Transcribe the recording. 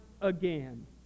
again